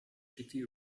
city